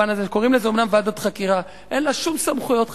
קוראים לזה אומנם "ועדת חקירה"; אין לה שום סמכויות חקירה.